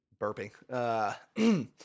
burping